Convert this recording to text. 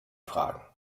fragen